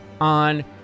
on